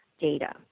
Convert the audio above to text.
data